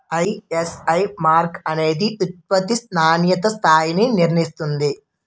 ISI mark అనేది ఉత్పత్తి నాణ్యతా స్థాయిని నిర్ణయిస్తుంది